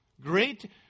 Great